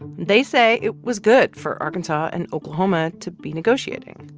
they say it was good for arkansas and oklahoma to be negotiating.